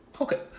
Okay